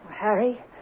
Harry